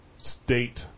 state